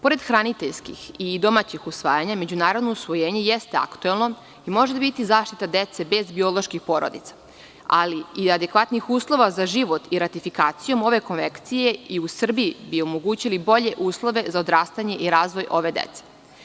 Pored hraniteljskih i domaćih usvajanja međunarodno usvojenje jeste aktuelno i može biti zaštita dece bez bioloških porodica, ali i adekvatnih uslova za život i ratifikaciju ove konvencije i u Srbiji bi omogućili bolje uslove za odrastanje i razvoj ove dece.